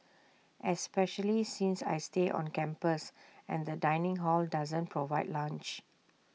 especially since I stay on campus and the dining hall doesn't provide lunch